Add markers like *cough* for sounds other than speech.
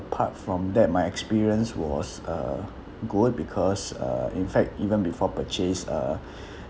apart from that my experience was uh good because uh in fact even before purchase uh *breath*